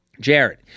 Jared